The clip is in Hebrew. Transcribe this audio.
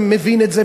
מבין את זה,